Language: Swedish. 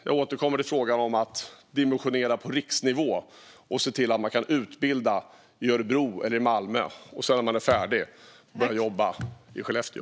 Jag återkommer till frågan om att dimensionera på riksnivå och se till att man kan utbilda sig i Örebro eller Malmö och sedan när man är färdig börja jobba i Skellefteå.